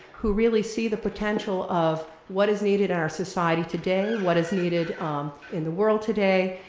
who really see the potential of what is needed in our society today, what is needed in the world today,